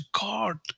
God